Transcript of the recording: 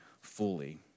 fully